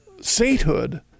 sainthood